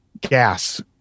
gas